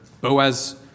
Boaz